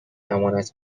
امانت